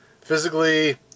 physically